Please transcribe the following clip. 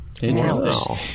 Interesting